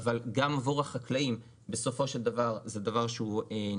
אבל גם עבור החקלאים בסופו של דבר זה דבר נדרש,